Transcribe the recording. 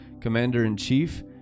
Commander-in-Chief